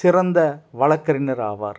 சிறந்த வழக்கறிஞர் ஆவார்